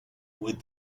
with